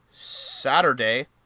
Saturday